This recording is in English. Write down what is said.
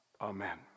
Amen